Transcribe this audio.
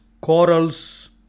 corals